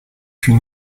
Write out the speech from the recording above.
fut